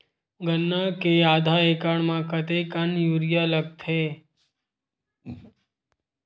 गन्ना के आधा एकड़ म कतेकन यूरिया लगथे?